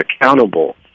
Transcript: accountable